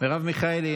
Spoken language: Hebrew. מרב מיכאלי,